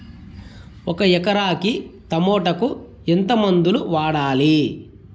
ఒక ఎకరాకి టమోటా కు ఎంత మందులు వాడాలి?